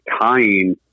tying